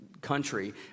country